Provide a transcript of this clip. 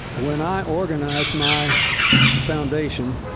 when i organized my foundation,